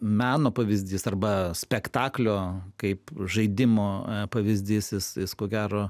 meno pavyzdys arba spektaklio kaip žaidimo pavyzdys jis jis ko gero